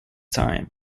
time